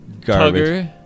Garbage